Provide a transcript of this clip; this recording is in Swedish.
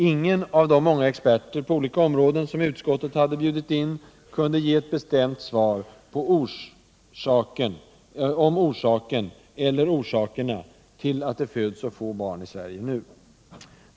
Ingen av de många experter på olika områden som utskottet hade inbjudit kunde ge ett bestämt besked om orsaken eller orsakerna till att det föds så få barn i Sverige nu.